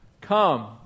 come